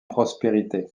prospérité